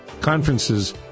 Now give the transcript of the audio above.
conferences